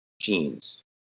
genes